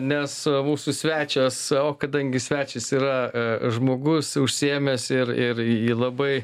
nes mūsų svečias o kadangi svečias yra žmogus užsiėmęs ir ir į labai